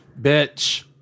Bitch